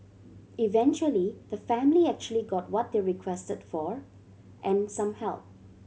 eventually the family actually got what they requested for and some help